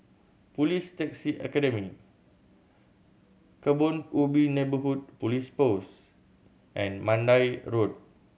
Police Taxi Academy Kebun Ubi Neighbourhood Police Post and Mandai Road